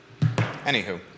Anywho